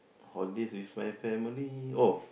holidays with my family oh